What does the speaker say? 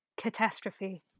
Catastrophe